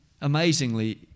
Amazingly